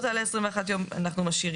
את המילים "לא תעלה על 21 ימים" אנחנו משאירים.